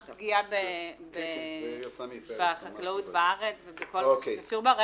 רק פגיעה בחקלאות בארץ ובכל מה שקשור בה.